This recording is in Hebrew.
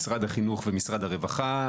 משרד החינוך ומשרד הרווחה.